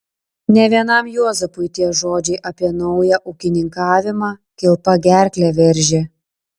ne vienam juozapui tie žodžiai apie naują ūkininkavimą kilpa gerklę veržė